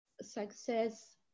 success